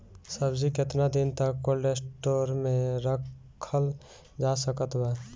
सब्जी केतना दिन तक कोल्ड स्टोर मे रखल जा सकत बा?